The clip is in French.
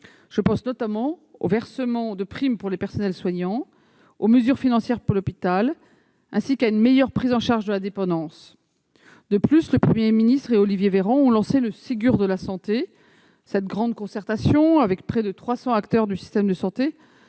Je pense notamment au versement de primes pour les personnels soignants, aux mesures financières pour l'hôpital, ainsi qu'à une meilleure prise en charge de la dépendance. En outre, le Premier ministre et Olivier Véran ont lancé le Ségur de la santé. Cette grande concertation réunissant près de 300 acteurs du système de santé